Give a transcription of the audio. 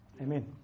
Amen